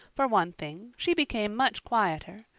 for one thing, she became much quieter.